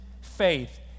faith